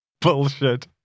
Bullshit